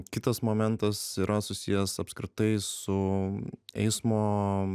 kitas momentas yra susijęs apskritai su eismo